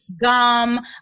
gum